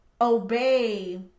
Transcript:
obey